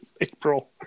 April